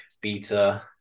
Beta